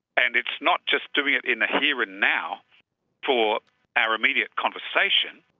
and it's not just doing it in the here and now for our immediate conversation,